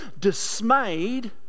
dismayed